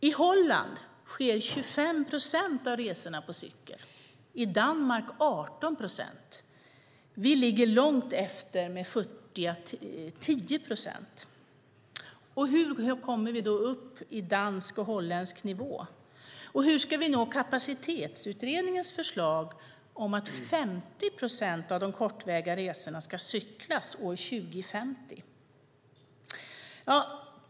I Holland sker 25 procent av resorna på cykel, i Danmark 18 procent. Vi ligger långt efter med futtiga 10 procent. Hur kommer vi upp i dansk och holländsk nivå? Och hur ska vi nå Kapacitetsutredningens förslag att 50 procent av de kortväga resorna ska cyklas år 2050?